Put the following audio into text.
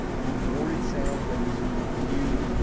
the more it sounds like it's a review,